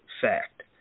fact